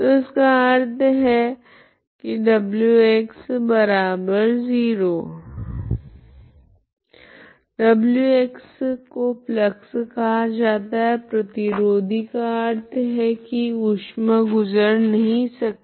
तो इसका अर्थ है wx0 wx को फ्लक्स कहा जाता है प्रतिरोधी का अर्थ होता है की ऊष्मा गुजर नहीं सकती